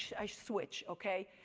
i switch, okay?